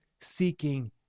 seeking